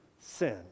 sin